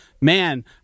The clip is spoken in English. man